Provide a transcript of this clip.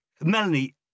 Melanie